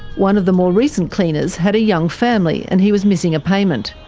one of the more recent cleaners had a young family, and he was missing a payment.